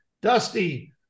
Dusty